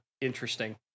interesting